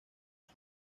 que